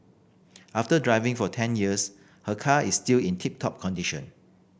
after driving for ten years her car is still in tip top condition